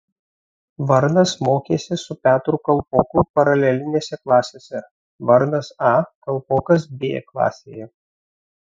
varnas mokėsi su petru kalpoku paralelinėse klasėse varnas a kalpokas b klasėje